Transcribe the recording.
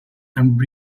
and